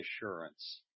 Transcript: assurance